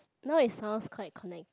now his house quite connected